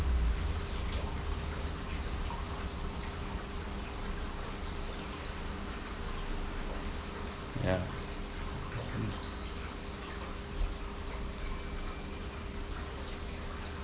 ya